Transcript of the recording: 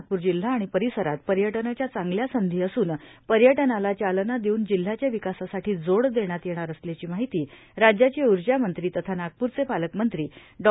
नागपूर जिल्हा आणि परिसरात पर्यटनाच्या चांगल्या संधी असून पर्यटवाला चालना देवून जिल्ह्याच्या विकासासाठी जोड देण्यात येणाऱ असल्याची माहिती राज्याचे उर्जामंत्री तथा नागपूरचे पालकमंत्री डॉ